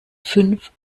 fünf